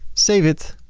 save it